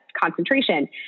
concentration